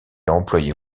employait